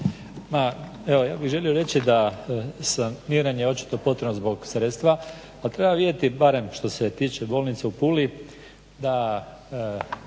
Evo ja bih želio reći da sam …/Govornik se ne razumije./… očito potrebno zbog sredstva. Pa treba vidjeti barem što se tiče bolnice u Puli, da